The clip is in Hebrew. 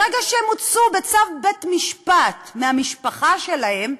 ברגע שהם הוצאו בצו בית-משפט מהמשפחה שלהם,